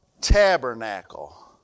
tabernacle